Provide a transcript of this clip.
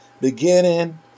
beginning